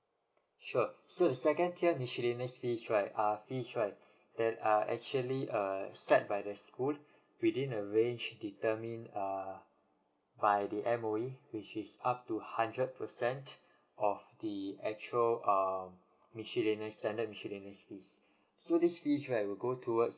sure so the second tier miscellaneous fees right are fees there are actually err set by the school within a range determined uh by the M_O_E which is up to hundred percent of the actual err miscellaneous standard miscellaneous fees so this fee right will go towards